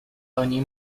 ogni